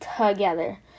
together